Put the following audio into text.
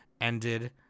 ended